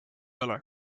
ole